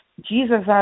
Jesus